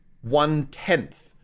one-tenth